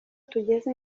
tugeze